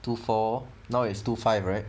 two four now is two five right